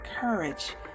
courage